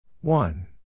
One